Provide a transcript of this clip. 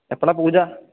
എപ്പോഴാണ് പൂജ